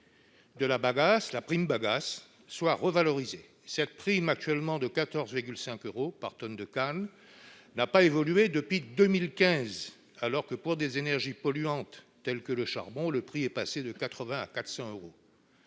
toujours que la prime bagasse soit revalorisée. Cette prime, actuellement de 14,50 euros par tonne de canne, n'a en effet pas évolué depuis 2015, alors que, pour des énergies polluantes telles que le charbon, le montant est passé de 80 euros à 400 euros.